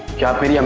yasmine um